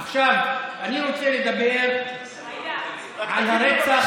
עכשיו אני רוצה לדבר על הרצח,